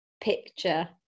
picture